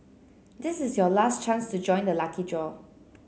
this is your last chance to join the lucky draw